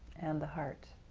and the heart.